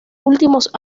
últimos